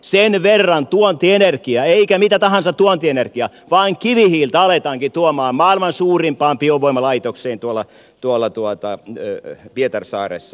sen verran tuontienergiaa eikä mitä tahansa tuontienergiaa vaan kivihiiltä aletaankin tuoda maailman suurimpaan biovoimalaitokseen pietarsaaressa